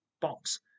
box